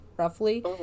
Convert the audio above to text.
roughly